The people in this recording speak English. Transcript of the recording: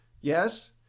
yes